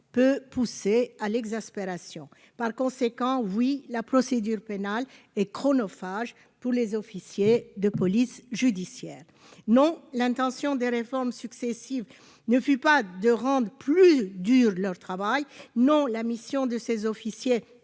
peut pousser à l'exaspération, par conséquent, oui la procédure pénale et chronophage pour les officiers de police judiciaire non l'intention des réformes successives ne fut pas de rendent plus dur de leur travail, non la mission de ces officiers